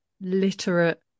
literate